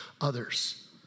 others